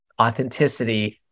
authenticity